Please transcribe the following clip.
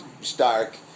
stark